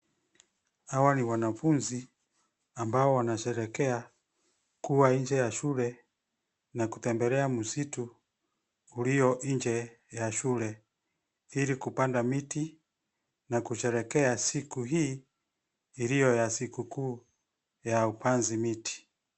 Hawa ni wanafunzi ambao wanasherehekea kuwa nje ya shule na kutembelea msitu ulio nje ya shule, ili kupanda miti na kusherehekea siku hii iliyo ya siku kuu ya upanzi miti.